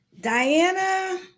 Diana